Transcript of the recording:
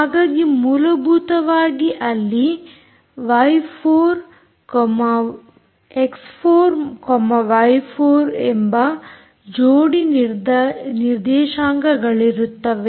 ಹಾಗಾಗಿ ಮೂಲಭೂತವಾಗಿ ಅಲ್ಲಿ ಎಕ್ಸ್4ವೈ4 ಎಂಬ ಜೋಡಿ ನಿರ್ದೇಶಾಂಕಗಳಿರುತ್ತವೆ